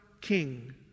King